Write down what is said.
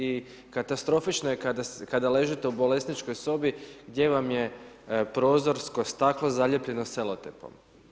I katastrofično je kada ležite u bolesničkoj sobi, gdje vam je prozorsko staklo zalijepljeno selotejpom.